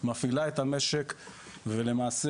מפעילה את המשק ולמעשה,